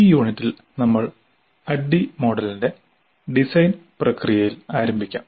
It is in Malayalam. ഈ യൂണിറ്റിൽ നമ്മൾ ADDIE മോഡലിന്റെ ഡിസൈൻ പ്രക്രിയയിൽ ആരംഭിക്കാം